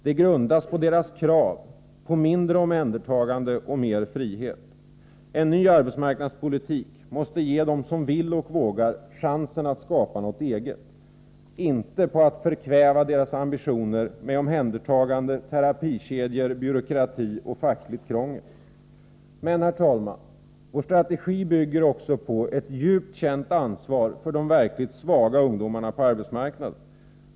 Det grundas på deras krav på mindre omhändertagande och mer frihet. En ny arbetsmarknadspolitik måste ge dem som vill och vågar chansen att skapa något eget, inte förkväva deras ambitioner med omhändertagande, terapikedjor, byråkrati och fackligt krångel. Herr talman! Vår strategi bygger också på ett djupt känt ansvar för de ungdomar som är verkligt svaga på arbetsmarknaden.